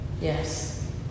Yes